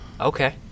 Okay